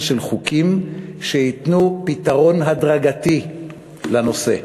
של חוקים שייתנו פתרון הדרגתי לנושא.